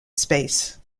space